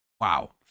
wow